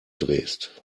drehst